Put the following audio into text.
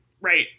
right